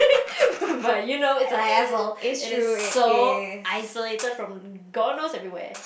but you know it's a hassle it is so isolated from god knows everywhere